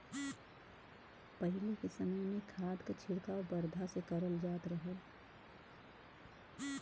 पहिले के समय में खाद के छिड़काव बरधा से करल जात रहल